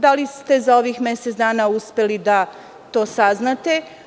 Da li ste za ovih mesec dana uspeli da to saznate?